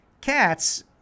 cats